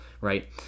right